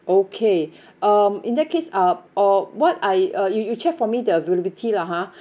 okay um in that case uh or what I uh you you check for me the availability lah ha